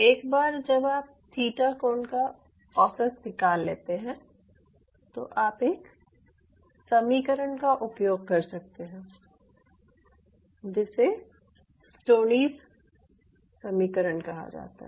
एक बार जब आप थीटा कोण का औसत निकाल लेते हैं तो आप एक समीकरण का उपयोग कर सकते हैं जिसे स्टोनीज़ समीकरण कहा जाता है